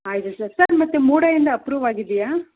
ಆಯಿತು sir sir ಮತ್ತೆ ಮೂಡಯಿಂದ ಅಪ್ರು ಆಗಿದೆಯಾ